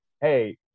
Hey